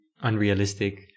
unrealistic